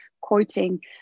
quoting